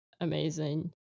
amazing